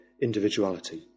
individuality